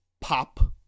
pop